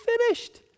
finished